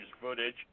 footage